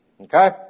Okay